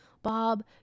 Bob